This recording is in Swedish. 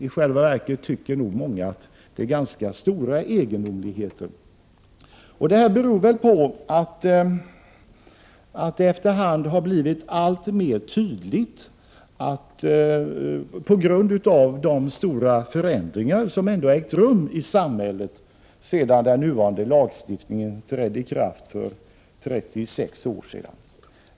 I själva verket tycker nog många att det är ganska stora egendomligheter. Dessa har blivit allt tydligare på grund av de stora förändringar som ägt rum i samhället sedan den nuvarande lagstiftningen trädde i kraft för 36 år sedan.